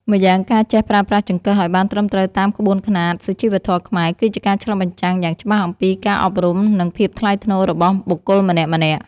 ម្យ៉ាងការចេះប្រើប្រាស់ចង្កឹះឱ្យបានត្រឹមត្រូវតាមក្បួនខ្នាតសុជីវធម៌ខ្មែរគឺជាការឆ្លុះបញ្ចាំងយ៉ាងច្បាស់អំពីការអប់រំនិងភាពថ្លៃថ្នូររបស់បុគ្គលម្នាក់ៗ។